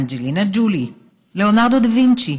אנג'לינה ג'ולי, ליאונרדו דה-וינצ'י,